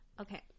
okay